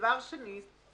דבר שני,